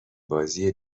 بازی